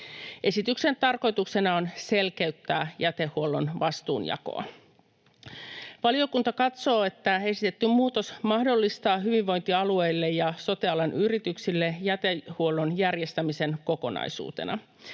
Esityksen tarkoituksena on selkeyttää jätehuollon vastuunjakoa. Valiokunta katsoo, että esitetty muutos mahdollistaa hyvinvointialueille ja sote-alan yrityksille jätehuollon järjestämisen kokonaisuutena.